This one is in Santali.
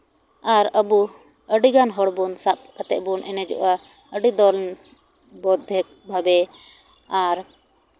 ᱟᱨ ᱟᱵᱚ ᱟᱹᱰᱤᱜᱟᱱ ᱦᱚᱲᱵᱚᱱ ᱥᱟᱵ ᱠᱟᱛᱮᱫ ᱵᱚᱱ ᱮᱱᱮᱡᱚᱜᱼᱟ ᱟᱹᱰᱤ ᱫᱚᱞ ᱵᱚᱫᱽᱫᱷᱮᱠ ᱵᱷᱟᱵᱮ ᱟᱨ